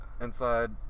Inside